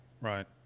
Right